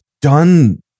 done